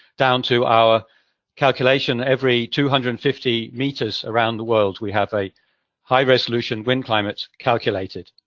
down to our calculation every two hundred and fifty meters around the world, we have a high-resolution wind climate calculated.